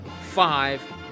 five